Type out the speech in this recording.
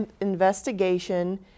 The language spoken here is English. investigation